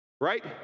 right